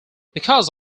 because